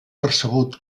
percebut